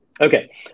Okay